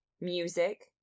music